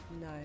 no